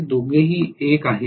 ते दोघेही १ आहेत